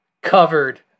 covered